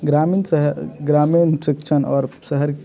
ग्रामीण ग्रामीण शिक्षण और शहर